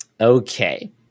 Okay